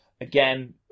Again